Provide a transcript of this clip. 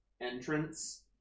entrance